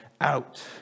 out